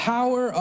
Power